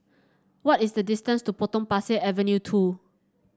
what is the distance to Potong Pasir Avenue two